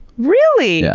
really? yeah.